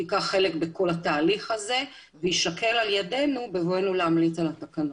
שייקח חלק בכל התהליך הזה ויישקל על ידינו בבואנו להמליץ על התקנות.